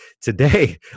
today